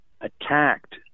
attacked